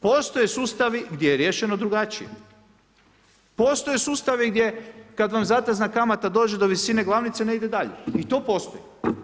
Postoje sustavi gdje je riješeno drugačije, postoje sustavi gdje, kad vam zatezna kamata dođe do visine glavnice ne ide dalje, i to postoji.